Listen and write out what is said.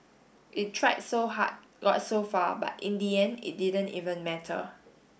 it tried so hard got so far but in the end it didn't even matter